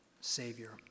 savior